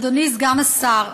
אדוני סגן השר,